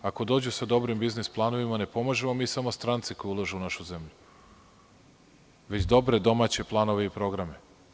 Ako dođe sa dobrim biznis planova, ne pomažemo mi samo strance koji ulažu u našu zemlju, već dobre domaće planove i programe.